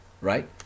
right